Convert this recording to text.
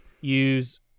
use